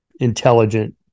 intelligent